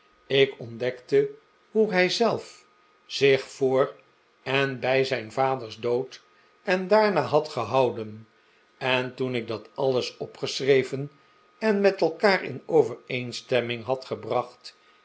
ik ontdekte hoe hij zelf zich voor en bij zijn vaders dood en daarna had gehouden en toen ik dat alles opgeschreven en met elkaar in overeenstemming had gebracht